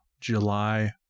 July